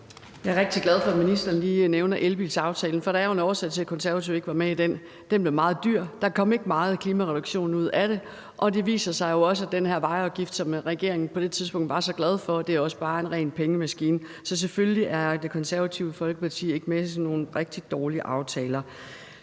Jeg er rigtig glad for, at ministeren lige nævner elbilsaftalen. For der er jo en årsag til, at Konservative ikke var med i den. Den blev meget dyr, og der kom ikke meget klimareduktion ud af det, og det viser sig jo også, at den her vejafgift, som regeringen på det tidspunkt var så glade for, bare er en ren pengemaskine. Så selvfølgelig er Det Konservative Folkeparti ikke med i sådan nogle rigtig dårlige aftaler.